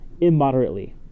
immoderately